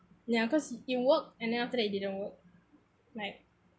ya cause it work and then after that it didn't work like